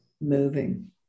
moving